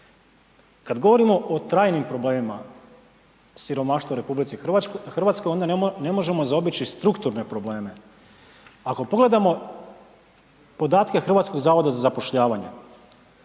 Kad govorimo o trajnim problemima siromaštva u RH onda ne možemo zaobići strukturne probleme. Ako pogledamo podatke HZZ-a, ako pokušamo nezaposlene